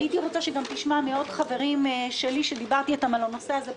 הייתי רוצה שגם תשמע מחברים נוספים שלי שדיברתי אתם על הנושא הזה פה,